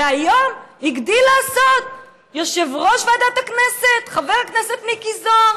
והיום הגדיל לעשות יושב-ראש ועדת הכנסת חבר הכנסת מיקי זוהר: